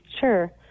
sure